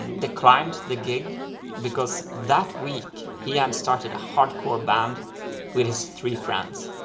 and declined the gig because that week he had started a hardcore band with his three friends.